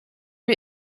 wir